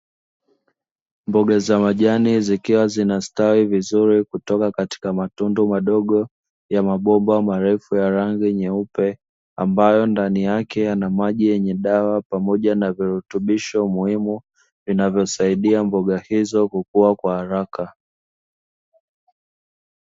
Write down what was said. Mboga za majani zikiwa zinastawi vizuri kutoka katika matundu madogo ya mabomba marefu ya rangi nyeupe, ambayo ndani yake yana maji yenye dawa pamoja na virutubisho muhimu, vinavyosaidia mboga hizo kukua kwa haraka.